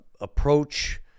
approach